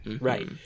right